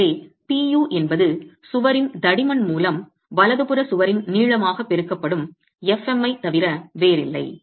எனவே Pu என்பது சுவரின் தடிமன் மூலம் வலதுபுற சுவரின் நீளமாக பெருக்கப்படும் fm ஐ தவிர வேறில்லை